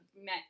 met